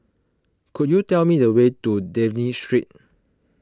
could you tell me the way to Dafne Street